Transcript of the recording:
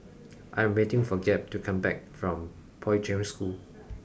I am waiting for Gabe to come back from Poi Ching School